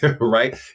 right